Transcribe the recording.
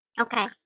Okay